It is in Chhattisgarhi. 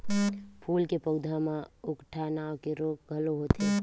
फूल के पउधा म उकठा नांव के रोग घलो होथे